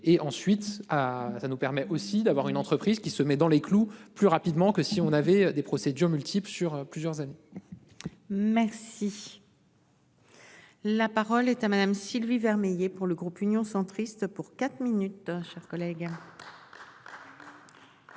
et ensuite. Ah ça nous permet aussi d'avoir une entreprise qui se met dans les clous plus rapidement que si on avait des procédures multiple sur plusieurs années. Merci. La parole est à Madame Sylvie Vermeillet. Pour le groupe Union centriste pour quatre minutes, chers collègues.--